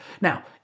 Now